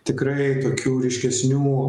tikrai tokių ryškesnių